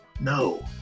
no